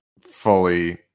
fully